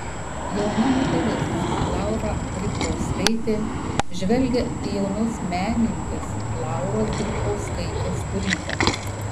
jauna moteris laura grybkauskaitė žvelgia į jaunos menininkės lauros grybkauskaitės kūrybą